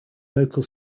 local